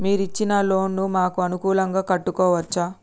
మీరు ఇచ్చిన లోన్ ను మాకు అనుకూలంగా కట్టుకోవచ్చా?